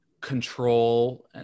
control